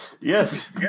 Yes